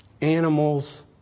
animals